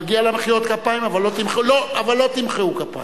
מגיעות לה מחיאות כפיים, אבל לא תמחאו כפיים.